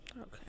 Okay